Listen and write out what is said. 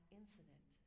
incident